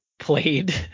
played